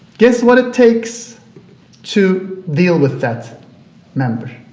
guess what it takes to deal with that member.